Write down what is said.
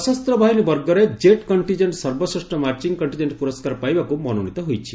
ସଶସ୍ତ୍ରବାହୀନ ବର୍ଗରେ ଜଟ୍ ରେଜିମେଣ୍ଟ ସର୍ବଶ୍ରେଷ୍ଠ marching contingent ପୁରସ୍କାର ପାଇବାକୁ ମନୋନୀତ ହୋଇଛି